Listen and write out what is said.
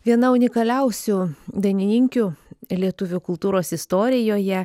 viena unikaliausių dainininkių lietuvių kultūros istorijoje